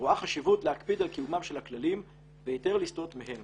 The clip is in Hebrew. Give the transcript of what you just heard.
רואה חשיבות להקפיד על קיומם של הכללים והיתר לסטות מהם